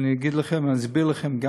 וגם אסביר לכם.